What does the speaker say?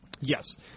Yes